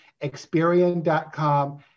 Experian.com